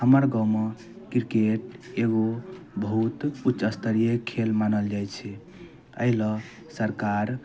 हमर गाँवमे क्रिकेट एगो बहुत उच्च स्तरीय खेल मानल जाइत छै एहि लऽ सरकार